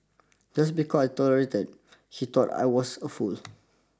just because I tolerated he thought I was a fool